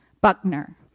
Buckner